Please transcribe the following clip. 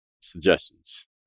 suggestions